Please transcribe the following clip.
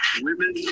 Women